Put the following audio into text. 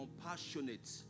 compassionate